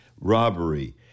robbery